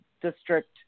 district